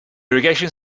irrigation